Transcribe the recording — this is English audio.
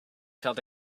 felt